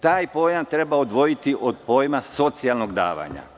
Taj pojam treba odvojiti od pojma socijalnog davanja.